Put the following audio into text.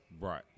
Right